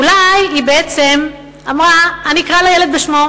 אולי היא בעצם אמרה: אני אקרא לילד בשמו,